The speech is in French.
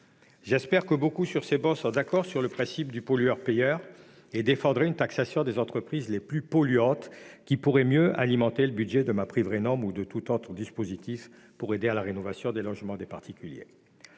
J'espère que beaucoup sur ces travées sont en accord avec le principe de pollueur-payeur et qu'ils défendraient ainsi une taxation des entreprises les plus polluantes pour mieux alimenter le budget de MaPrimeRenov'ou de tout autre dispositif d'aide à la rénovation des logements des particuliers